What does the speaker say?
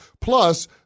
Plus